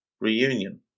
reunion